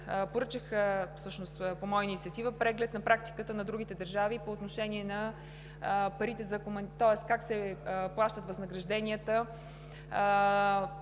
преглед, по моя инициатива поръчах преглед на практиката на другите държави по отношение на парите за командировка, тоест как се плащат възнагражденията